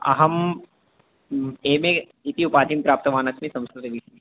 अहम् M A इति उपाधिं प्राप्तवानस्मि संस्कृतविषये